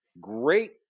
great